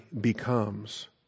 becomes